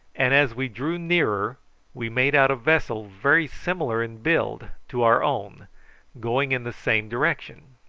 and as we drew nearer we made out a vessel very similar in build to our own going in the same direction.